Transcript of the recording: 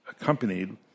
accompanied